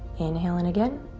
inhale in again.